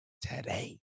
today